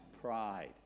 pride